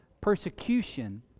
Persecution